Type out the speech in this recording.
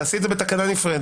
תעשי את זה בתקנה נפרדת.